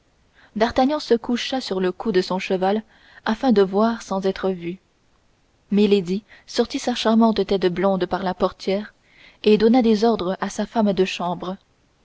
d'artagnan se coucha sur le cou de son cheval afin de tout voir sans être vu milady sortit sa charmante tête blonde par la portière et donna des ordres à sa femme de chambre